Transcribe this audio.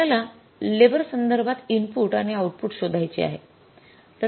येथे आपल्याला लेबर संदर्भात इनपुट आणि आउटपुट शोधायचे आहे